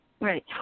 Right